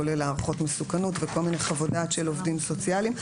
כולל הערכות מסוכנות וכל מיני חוות-דעת של עובדים סוציאליים.